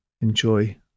enjoy